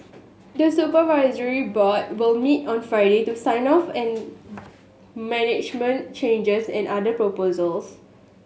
the supervisory board will meet on Friday to sign off on management changes and other proposals